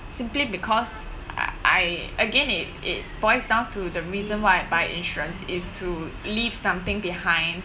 simply because I I again it it boils down to the reason why I buy insurance is to leave something behind